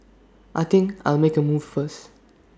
I think I'll make A move first